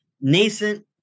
nascent